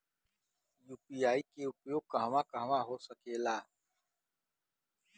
UPI के उपयोग कहवा कहवा हो सकेला?